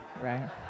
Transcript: right